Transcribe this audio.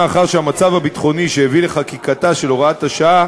מאחר שהמצב הביטחוני שהביא לחקיקתה של הוראת השעה